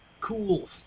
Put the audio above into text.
cool